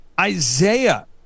Isaiah